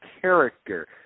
character